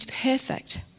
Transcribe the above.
perfect